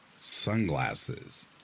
sunglasses